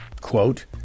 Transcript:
quote